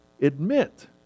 admit